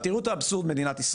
זה בדיוק הסיפור,